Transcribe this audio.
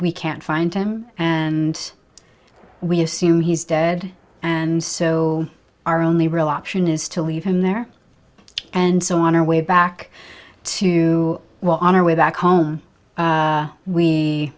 we can't find him and we assume he's dead and so our only real option is to leave him there and so on our way back to well on our way back home